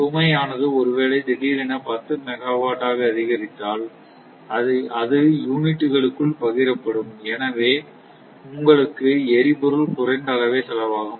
சுமை ஆனது ஒருவேளை திடீரென 10 மெகா வாட் ஆக அதிகரித்தால் அது யூனிட்டுகளுக்குள் பகிர படும் எனவே உங்களுக்கு எரிபொருள் குறைந்த அளவே செலவாகும்